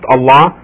Allah